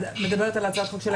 את מדברת על הצעת החוק שלי.